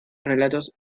relatos